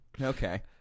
Okay